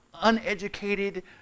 uneducated